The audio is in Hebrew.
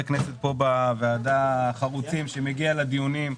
הכנסת פה בוועדה החרוצים שמגיע לדיונים,